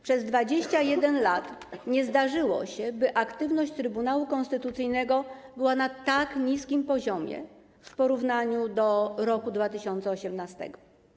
Przez 21 lat nie zdarzyło się, by aktywność Trybunału Konstytucyjnego była na tak niskim poziomie, jak w roku 2018.